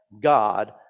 God